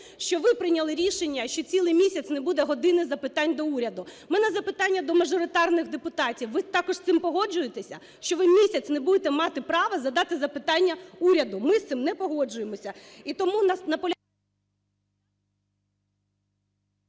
що ви прийняли рішення, що цілий місяць не буде "години запитань до Уряду"? В мене запитання до мажоритарних депутатів, ви також з цим погоджуєтесь, що ви місяць не будете мати права задати запитання уряду? Ми з цим не погоджуємося